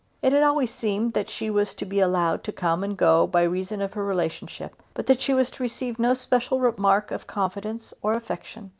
it had always seemed that she was to be allowed to come and go by reason of her relationship, but that she was to receive no special mark of confidence or affection.